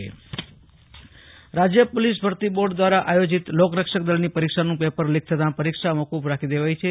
Ashutosh Antani Kutch police ભરતી board પરીક્ષા ભુજઃ રાજ્ય પોલીસ ભરતી બોર્ડ દ્વારા આયોજીત લોકરક્ષક દળની પરીક્ષાનું પેપર લીક થતાં પરીક્ષા મોકૂફ રાખી દેવાઈ છે